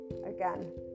Again